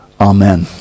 Amen